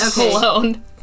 alone